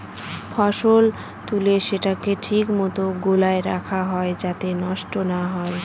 ফসল তুলে সেটাকে ঠিক মতো গোলায় রাখা হয় যাতে সেটা নষ্ট না হয়